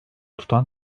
tutan